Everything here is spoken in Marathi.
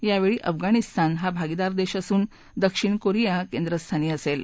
यावेळी अफगाणिस्तान हा भागीदार देश असून दक्षिण कोरिया केंद्रस्थानी असेल